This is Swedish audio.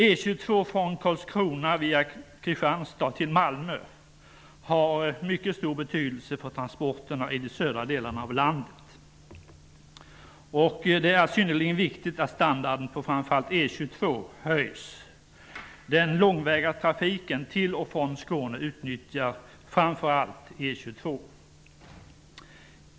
E 22 från Karlskrona via Kristianstad till Malmö har mycket stor betydelse för transporterna i de södra delarna av landet, och det är synnerligen viktigt att standarden på framför allt E 22 höjs. Den långväga trafiken till och från Skåne utnyttjar framför allt E 22.